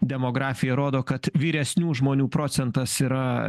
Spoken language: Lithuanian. demografija rodo kad vyresnių žmonių procentas yra